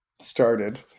started